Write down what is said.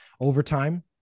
overtime